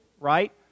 right